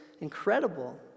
incredible